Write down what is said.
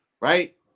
right